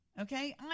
okay